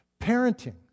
Parenting